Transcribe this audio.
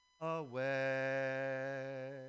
away